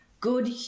good –